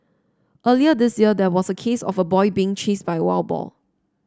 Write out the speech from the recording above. earlier this year there was a case of a boy being chased by a wild boar